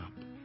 up